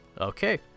Okay